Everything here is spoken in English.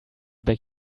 beg